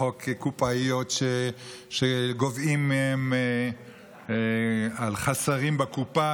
בחוק קופאיות שגובים מהן על חסרים בקופה,